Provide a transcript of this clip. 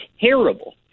terrible